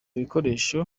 bikoresho